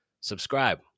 Subscribe